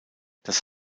das